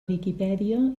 viquipèdia